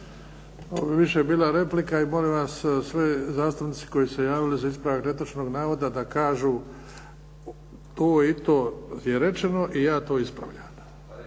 Ovo bi više bila replika i molim vas svi zastupnici koji su se javili za ispravak netočnog navoda da kažu to i to je rečeno i ja to ispravljam.